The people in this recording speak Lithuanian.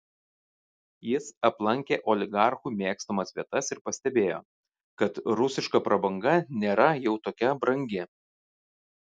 jis aplankė oligarchų mėgstamas vietas ir pastebėjo kad rusiška prabanga nėra jau tokia brangi